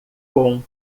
com